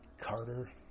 Carter